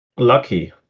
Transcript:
lucky